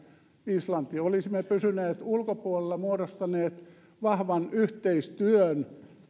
islanti olisimme pysyneet ulkopuolella muodostaneet vahvan yhteistyön